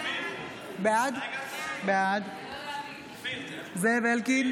בעד זאב אלקין,